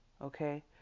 okay